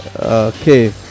Okay